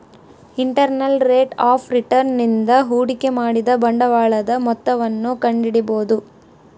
internal rate of return ನಿಂದ ಹೂಡಿಕೆ ಮಾಡಿದ ಬಂಡವಾಳದ ಮೊತ್ತವನ್ನು ಕಂಡಿಡಿಬೊದು